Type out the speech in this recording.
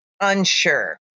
unsure